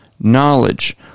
knowledge